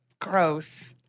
Gross